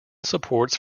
supports